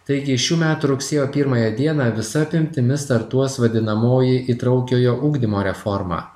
taigi šių metų rugsėjo pirmąją dieną visa apimtimi startuos vadinamoji įtraukiojo ugdymo reforma